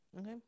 Okay